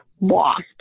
lost